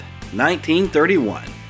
1931